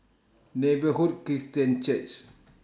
Neighbourhood Christian Church